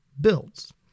builds